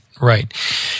Right